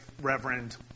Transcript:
reverend